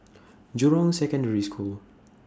Jurong Secondary School